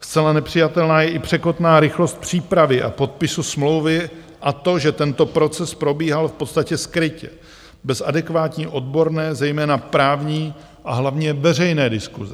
Zcela nepřijatelná je i překotná rychlost přípravy a podpisu smlouvy a to, že tento proces probíhal v podstatě skrytě, bez adekvátní odborné, zejména právní, a hlavně veřejné diskuse.